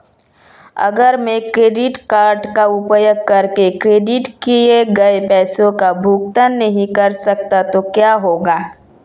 अगर मैं credit card का उपयोग करके क्रेडिट किए गए पैसे का भुगतान नहीं कर सकता तो क्या होगा?